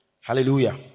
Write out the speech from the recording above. Hallelujah